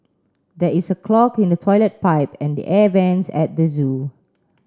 there is a clog in the toilet pipe and the air vents at the zoo